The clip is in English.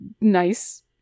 nice